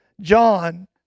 John